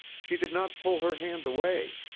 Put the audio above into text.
she did not pull her hand away.